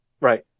right